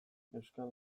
euskal